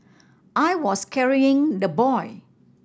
I was carrying the boy